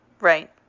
Right